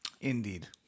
Indeed